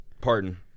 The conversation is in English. pardon